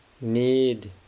need